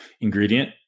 ingredient